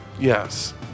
yes